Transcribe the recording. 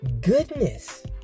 goodness